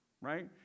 Right